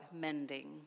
mending